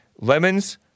Lemons